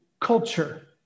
culture